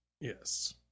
Yes